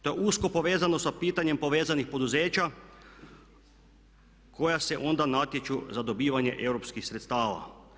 To je usko povezano sa pitanjem povezanih poduzeća koja se onda natječaju za dobivanje europskih sredstava.